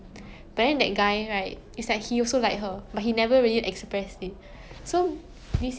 to like not because she like him but to like restore order in the whole country